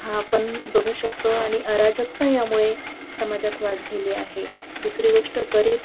हा आपण बघू शकतो आणि अराजकता यामुळे समाजात वाढलेली आहे दुसरी गोष्ट गरीब